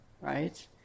right